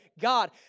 God